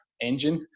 engine